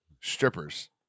strippers